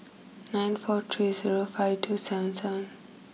nine four three zero five two seven seven